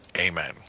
amen